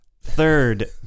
Third